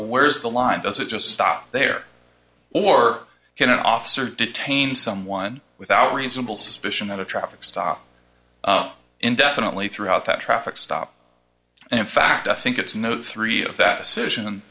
where's the line does it just stop there or get an officer detain someone without reasonable suspicion at a traffic stop indefinitely throughout that traffic stop and in fact i think it's no three of